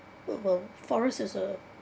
wood worm forest is a